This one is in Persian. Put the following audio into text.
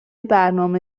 برنامه